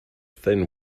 thin